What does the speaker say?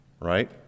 Right